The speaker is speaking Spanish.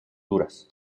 duras